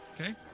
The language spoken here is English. okay